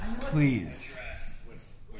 please